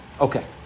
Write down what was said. Okay